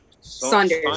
Saunders